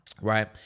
right